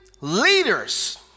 leaders